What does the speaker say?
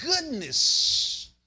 goodness